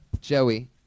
Joey